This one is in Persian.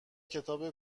کتاب